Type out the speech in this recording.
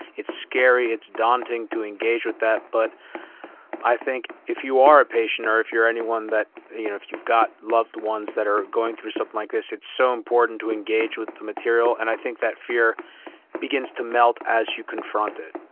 it's scary. it's daunting to engage with that. but i think if you are a patient or if you're anyone that you know if you've got loved ones that are going through something like this, it's so important to engage with the material and i think that fear begins to melt as you confront it.